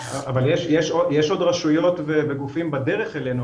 איך --- אבל יש עוד רשויות וגופים בדרך אלינו.